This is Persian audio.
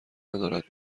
ندارد